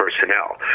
personnel